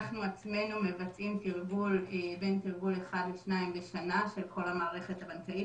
אנחנו בעצמנו מבצעים בין תרגול אחד עד שניים בשנה של כל המערכת הבנקאית,